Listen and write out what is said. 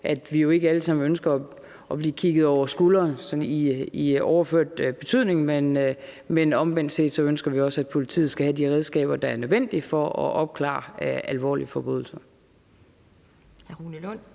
at vi alle sammen ikke ønsker at blive kigget over skulderen sådan i overført betydning, men omvendt ønsker vi også, at politiet skal have de redskaber, der er nødvendige for at opklare alvorlige forbrydelser.